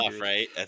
right